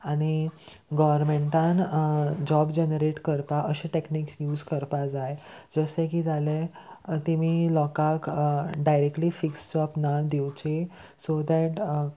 आनी गोव्हर्मेंटान job generate करपा अशे टॅक्निक्स यूज करपा जाय जशें की जालें तेमी लोकांक डायरेक्टली फिक्स जॉब ना दिवची सो देट